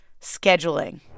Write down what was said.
scheduling